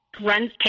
Runs